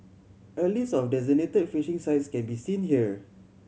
a list of designated fishing sites can be seen here